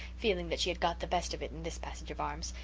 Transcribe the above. feeling that she had got the best of it in this passage of arms,